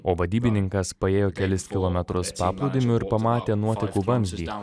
o vadybininkas paėjo kelis kilometrus paplūdimiu ir pamatė nuotekų vamzdį